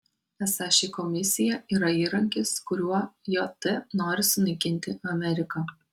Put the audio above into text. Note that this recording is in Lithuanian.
esą ši komisija yra įrankis kuriuo jt nori sunaikinti ameriką